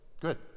Good